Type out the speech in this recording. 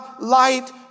light